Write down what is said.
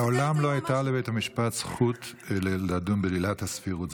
מעולם לא הייתה לבית המשפט זכות לדון בעילת הסבירות.